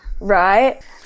right